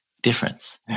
difference